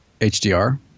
HDR